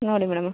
ನೋಡಿ ಮೇಡಮು